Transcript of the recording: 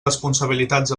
responsabilitats